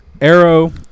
Arrow